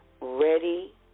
Ready